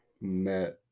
met